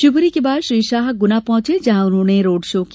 शिवपुरी के बाद श्री शाह गुना पहुंचे जहां उन्होंने रोड शौ किया